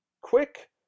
quick